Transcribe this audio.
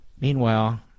Meanwhile